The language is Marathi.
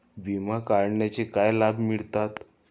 विमा काढण्याचे काय लाभ मिळतात?